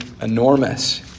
enormous